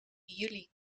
jullie